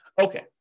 Okay